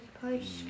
Post